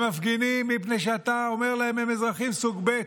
הם מפגינים מפני שאתה אומר להם שהם אזרחים סוג ב',